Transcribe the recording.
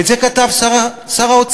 את זה כתב שר האוצר.